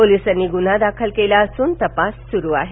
पोलिसांनी गुन्हा दाखल केला असून तपास सुरू केला आहे